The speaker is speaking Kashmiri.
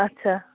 اچھا